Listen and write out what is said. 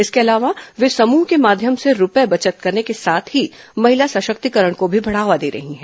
इसके अलावा वे समूह के माध्यम से रूपए बचत करने के साथ ही महिला संशक्तिकरण को भी बढावा दे रही हैं